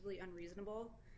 unreasonable